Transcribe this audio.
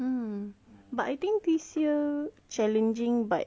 mm but I think this year challenging but